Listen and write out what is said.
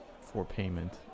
for-payment